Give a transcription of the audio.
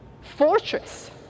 fortress